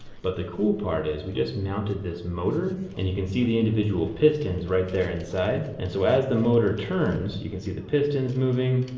but the cool part is we just mounted this motor and you can see the individual pistons right there inside. and so as the motor turns, you can see the pistons moving,